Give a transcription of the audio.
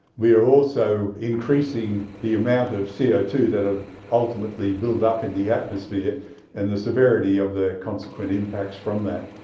we are also increasing the amount of c o two that will ah ultimately build up in the atmosphere and the severity of the consequent impacts from that.